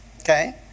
Okay